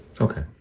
Okay